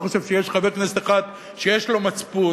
לא חושב שיש חבר כנסת אחד שיש לו מצפון,